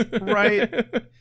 Right